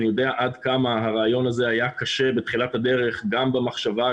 אני יודע עד כמה הרעיון הזה היה קשה בתחילת הדרך גם במחשבה,